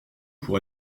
pour